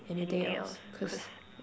anything else cause